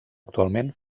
actualment